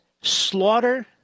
slaughter